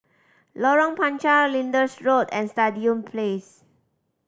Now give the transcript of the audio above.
Lorong Panchar Lyndhurst Road and Stadium Place